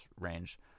range